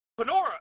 Penora